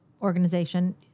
Organization